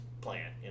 plan